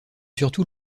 surtout